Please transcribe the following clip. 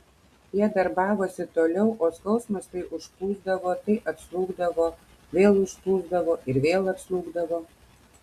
jie darbavosi toliau o skausmas tai užplūsdavo tai atslūgdavo vėl užplūsdavo ir vėl atslūgdavo